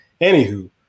anywho